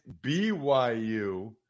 BYU